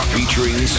Featuring